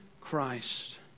Christ